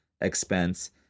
expense